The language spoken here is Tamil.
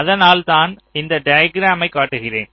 அதனால் தான் இந்த டயகீராமை காட்டுகிறேன்